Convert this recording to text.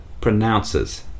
Pronounces